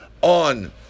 on